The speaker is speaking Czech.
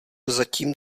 zatím